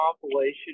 compilation